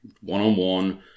one-on-one